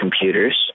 computers